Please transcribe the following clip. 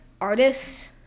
artists